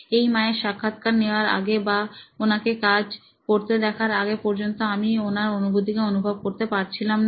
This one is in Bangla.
এই মায়ের সাক্ষাৎকার নেওয়ার আগে বা ওনাকে কাজ কোর্টেদেখার আগে পর্যন্ত আমি ওনার অনুভূতিকে অনুভব করতে পারছিলাম না